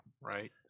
right